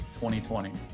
2020